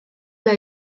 dla